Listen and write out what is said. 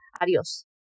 Adios